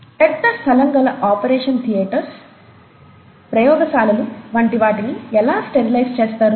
పెద్ద స్థలం గల ఆపరేషన్ థియేటర్స్ ప్రయోగశాలలు వంటి వాటిని ఎలా స్టెరిలైజ్ చేస్తారు